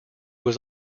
was